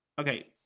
Okay